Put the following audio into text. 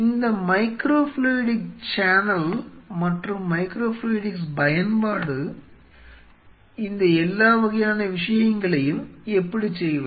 இந்த micro fluidic channel மற்றும் micro fluidics பயன்பாடு இந்த எல்லா வகையான விஷயங்களையும் எப்படி செய்வது